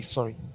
Sorry